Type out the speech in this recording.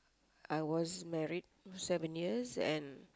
I was married seven years and